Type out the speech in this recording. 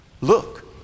look